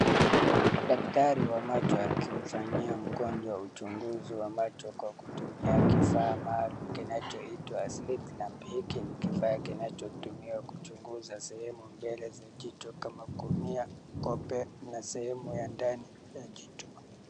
Daktari wa macho akimfanyia mgonjwa uchunguzi wa macho kwa kutumia kifaa maalum kinachoitwa slit lamp . Hiki ni kifaa kinachotumiwa kuchunguza sehemu mbele ya jicho kama vile cornea , kope na sehemu ya ndani ya jicho.